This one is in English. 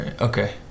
Okay